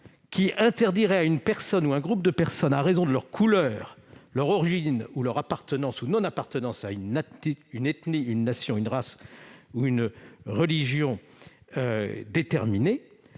qui interdiraient à une personne ou un groupe de personnes d'y participer « à raison de leur couleur, leur origine ou leur appartenance ou non-appartenance à une ethnie, une nation, une race ou une religion déterminée